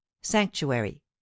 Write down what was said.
Sanctuary